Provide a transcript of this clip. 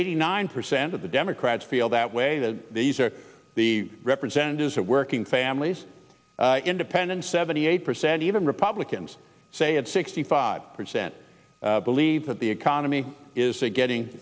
eighty nine percent of the democrats feel that way that these are the representatives of working families independents seventy eight percent even republicans say it sixty five percent believe that the economy is getting